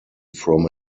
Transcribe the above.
from